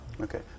Okay